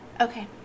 Okay